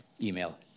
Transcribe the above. email